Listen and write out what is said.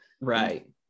right